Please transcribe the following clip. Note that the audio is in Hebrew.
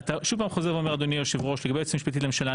אתה שוב חוזר ואומר אדוני היושב ראש לגבי היועץ המשפטי לממשלה.